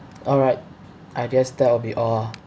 alright I guess that will be all